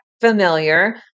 familiar